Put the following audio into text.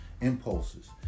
impulses